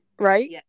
right